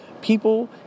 People